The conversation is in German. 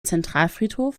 zentralfriedhof